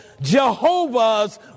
Jehovah's